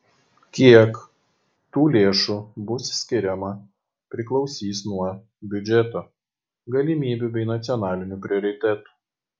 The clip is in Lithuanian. kiek tų lėšų bus skiriama priklausys nuo biudžeto galimybių bei nacionalinių prioritetų